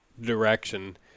direction